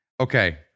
Okay